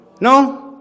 No